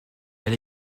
elle